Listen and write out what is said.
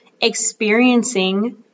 experiencing